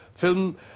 film